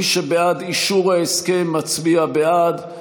מי שבעד אישור ההסכם מצביע בעד,